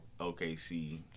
OKC